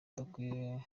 udakwiye